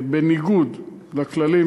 בניגוד לכללים,